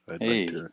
hey